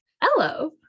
Hello